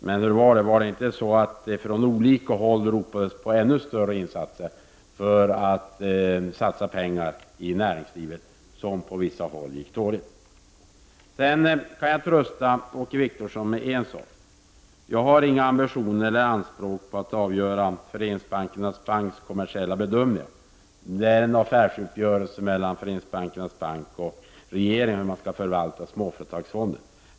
Men ropades det inte från olika håll på ännu större insatser för att pengar skulle satsas på vissa håll inom näringslivet där det gick dåligt? Jag kan trösta Åke Wictorsson med en sak, nämligen att jag inte har några ambitioner eller anspråk på att avgöra Föreningsbankernas banks kommersiella bedömningar. Det är en affärsuppgörelse mellan Föreningsbankernas bank och regeringen hur Småföretagsfonden skall förvaltas.